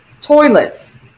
toilets